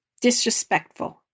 Disrespectful